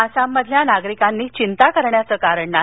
आसाममधल्या नागरिकांनी चिंता करण्याचं कारण नाही